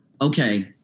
Okay